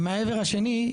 מהעבר השני,